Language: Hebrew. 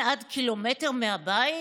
אדוני היושב-ראש,